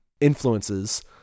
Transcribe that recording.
influences